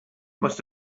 must